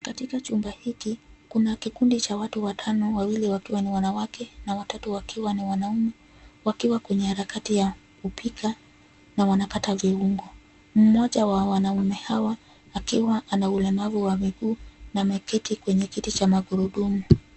Katika chumba hiki kuna kikundi cha watu watano, wawili wakiwa ni wanawake na watatu wakiwa ni wanaume ,wakiwa kwenye harakati ya kupika wiikata viungo. Mmoja wa wanaume hawa akiwa na ulemavu wa miguu na ameketi kwenye kiti cha magurudumu.